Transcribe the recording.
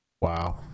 Wow